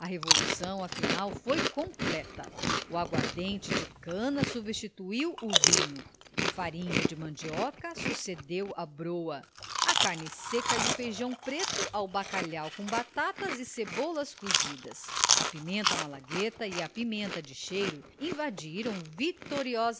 revolução afinal foi completa a aguardente de cana substituiu o vinho a farinha de mandioca sucedeu à broa a carne-seca e o feijão preto ao bacalhau com batatas e cebolas cozidas a pimenta malagueta e a pimenta de cheiro invadiram vitoriosamente